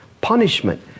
punishment